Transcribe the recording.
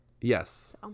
Yes